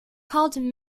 called